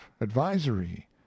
advisory